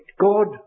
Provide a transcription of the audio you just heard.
God